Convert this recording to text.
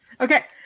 Okay